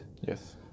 Yes